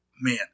man